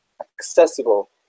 accessible